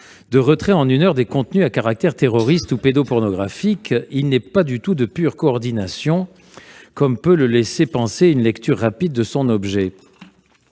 de retrait en une heure des contenus à caractère terroriste ou pédopornographique. Il n'est donc pas du tout de pure coordination, comme peut le laisser penser une lecture rapide de son objet.